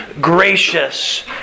gracious